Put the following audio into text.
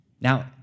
Now